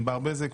ענבר בזק,